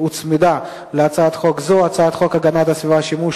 שהוצמדה להצעת חוק זו: הצעת חוק הגנת הסביבה (שימוש